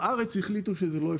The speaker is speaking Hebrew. בארץ החליטו שזה לא אפשרי.